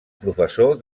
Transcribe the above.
professor